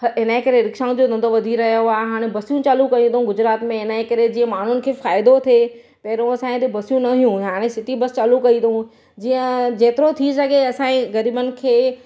ह इनजे करे रिक्शाउनि जो धंधो वधी रहियो आहे हाणे बसियूं चालू कयूं अथऊं गुजरात में इनजे करे जीअं माण्हुनि खे फ़ाइदो थिए पहिरों असांजे हिते बसियूं न हुइयूं हाणे सिटी बस चालू कई अथऊं जीअं जेतिरो थी सघे असांजी गरीबनि खे